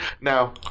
now